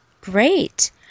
Great